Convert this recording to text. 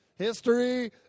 History